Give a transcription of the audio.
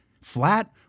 flat